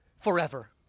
forever